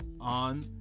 on